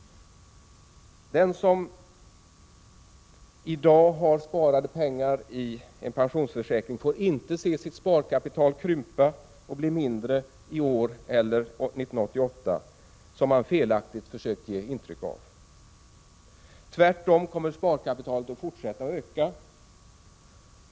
Den som i dag har sparade pengar i en pensionsförsäkring får inte se sitt sparkapital krympa och bli mindre i år eller 1988, som man felaktigt försöker ge intryck av. Tvärtom kommer sparkapitalet att fortsätta att öka.